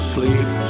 Sleep